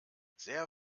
sehr